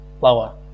lower